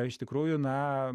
iš tikrųjų na